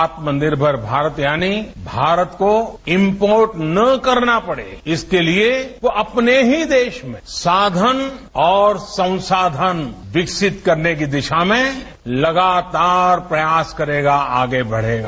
आत्मनिर्भर भारत यानी भारत को इम्पोर्ट न करना पड़े इसके लिए वो अपने ही देश में साधन और संसाधन विकसित करने की दिशा में लगातार प्रयास करेगा आगे बढ़ेगा